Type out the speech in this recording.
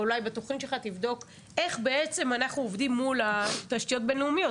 ואולי בתוכנית שלך תבדוק איך בעצם אנחנו עובדים מול התשתיות הבינלאומית,